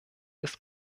ist